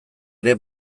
ere